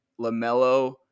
LaMelo